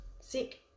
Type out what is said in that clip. Sick